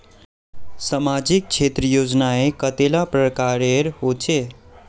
सामाजिक क्षेत्र योजनाएँ कतेला प्रकारेर होचे?